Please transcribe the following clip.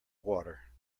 water